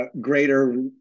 greater